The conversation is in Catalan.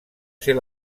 ser